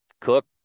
cook